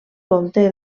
compte